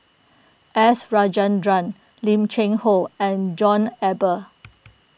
S Rajendran Lim Cheng Hoe and John Eber